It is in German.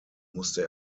musste